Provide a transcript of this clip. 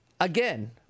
Again